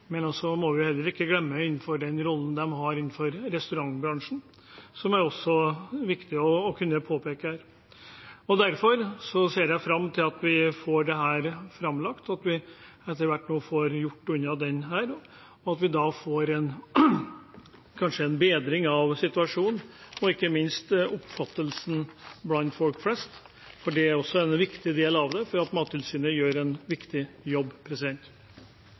men vi må heller ikke glemme den rollen de har innen restaurantbransjen, som også er viktig å kunne påpeke her. Jeg ser derfor fram til at vi får dette framlagt, og at vi etter hvert får gjort dette unna, og at vi da kanskje får en bedring av situasjonen, ikke minst med tanke på oppfattelsen blant folk flest. Det er også en viktig del av det, for Mattilsynet gjør en viktig jobb.